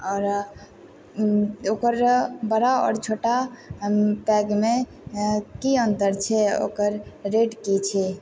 आओर ओकर बड़ा आओर छोटा कैब मे की अन्तर छै ओकर रेट की छै